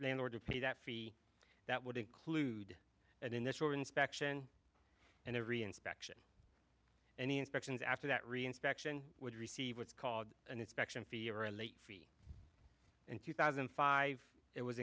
landlord to pay that fee that would include an initial inspection and every inspection any inspections after that reinspection would receive what's called an inspection fee or a late fee in two thousand and five it was